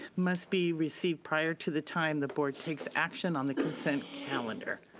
must be received prior to the time the board takes action on the consent calendar.